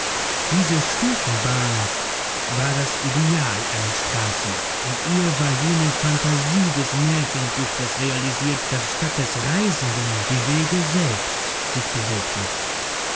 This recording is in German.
diese stufenbahn war das ideal einer straße in ihr war jene phantasie des märchendichters realisiert daß statt des reisenden die wege selbst sich bewegten